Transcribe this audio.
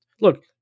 Look